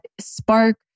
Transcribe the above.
spark